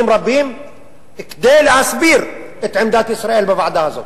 רבים כדי להסביר את עמדת ישראל בוועדה הזאת?